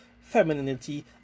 femininity